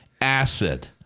Acid